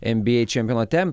nba čempionate